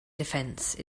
defense